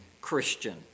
Christian